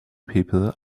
people